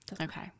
Okay